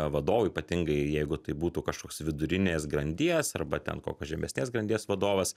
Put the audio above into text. vadovų ypatingai jeigu tai būtų kažkoks vidurinės grandies arba ten kokios žemesnės grandies vadovas